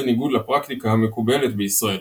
בניגוד לפרקטיקה המקובלת בישראל,